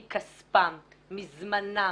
מכספם, מזמנם,